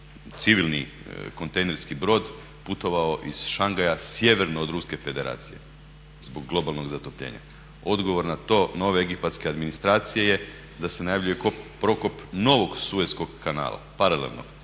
civilni kontejnerski brod putovao iz Šangaja sjeverno od Ruske Federacije zbog globalnog zatopljenja. Odgovor na to nove egipatske administracije je da se najavljuje prokop novog Sueskog kanala, paralelno,